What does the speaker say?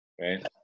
right